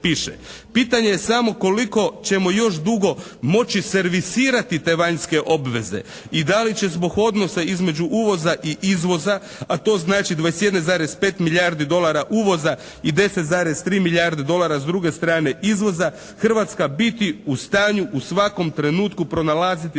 Pitanje je samo koliko ćemo još dugo moći servisirati te vanjske obveze. I da li će zbog odnosa uvoza i izvoza, a to znači 21,5 milijardi dolara uvoza i 10,3 milijarde dolara s druge strane izvoza Hrvatska biti u stanju u svakom trenutku pronalaziti devize